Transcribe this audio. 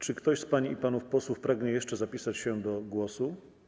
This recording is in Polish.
Czy ktoś z pań i panów posłów pragnie jeszcze zapisać się do głosu?